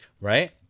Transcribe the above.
Right